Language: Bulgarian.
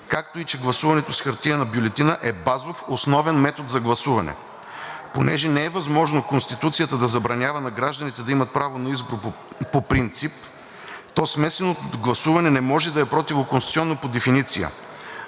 както и че гласуването с хартиена бюлетина е базов, основен метод за гласуване. Понеже не е възможно Конституцията да забранява на гражданите да имат право на избор по принцип, то смесеното гласуване не може да е противоконституционно по дефиниция.